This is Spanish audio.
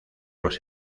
los